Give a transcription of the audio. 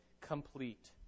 complete